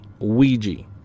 Ouija